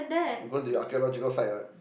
go to your archaeological site what